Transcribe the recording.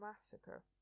massacre